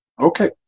Okay